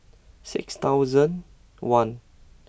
six thousand one